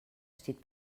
steht